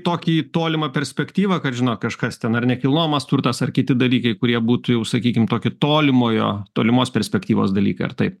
tokį tolimą perspektyvą kad žino kažkas ten ar nekilnojamas turtas ar kiti dalykai kurie būtų jau sakykim tokie tolimojo tolimos perspektyvos dalykai ar taip